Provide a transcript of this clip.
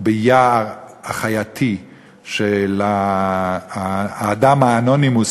ביער החייתי של האדם האנונימוס,